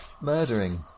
Murdering